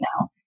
now